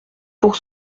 pour